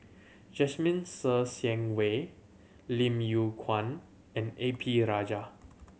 Jasmine Ser Xian Wei Lim Yew Kuan and A P Rajah